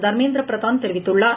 தர்மேந்திர பிரதான் தெரிவித்துள்ளார்